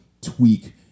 tweak